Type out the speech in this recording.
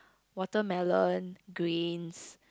watermelon grains